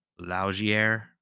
Laugier